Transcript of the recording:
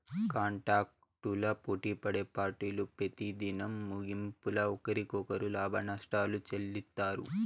కాంటాక్టులు పోటిపడే పార్టీలు పెతిదినం ముగింపుల ఒకరికొకరు లాభనష్టాలు చెల్లిత్తారు